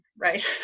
Right